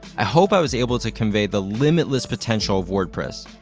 i hope i was able to convey the limitless potential of wordpress.